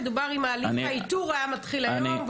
מדובר על אם הליך האיתור היה מתחיל היום.